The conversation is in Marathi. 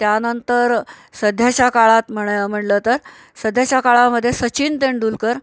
त्यानंतर सध्याच्या काळात म्हणा म्हणलं तर सध्याच्या काळामध्ये सचिन तेंडुलकर